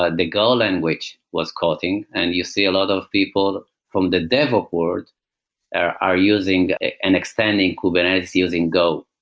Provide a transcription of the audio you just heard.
ah the go language was caughting and you see a lot of people from the devop world are are using and extending kubernetes using go.